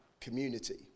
community